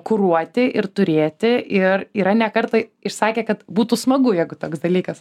kuruoti ir turėti ir yra ne kartą išsakę kad būtų smagu jeigu toks dalykas